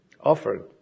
offered